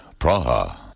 Praha